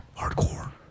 Hardcore